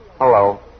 Hello